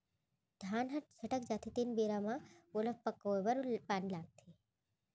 धान ह छटक जाथे तेन बेरा म फेर ओला पकोए बर पानी लागथे